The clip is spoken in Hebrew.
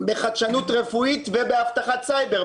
בחדשנות רפואית ובאבטחת סייבר,